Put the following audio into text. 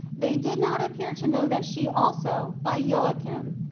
they did not appear to know that she also, by joachim,